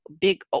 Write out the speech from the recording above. big